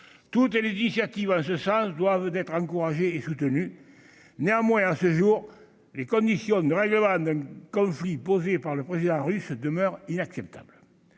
Toutes les initiatives en ce sens doivent être encouragées et soutenues. Néanmoins, à ce jour, les conditions d'un règlement du conflit posées par le président russe demeurent inacceptables.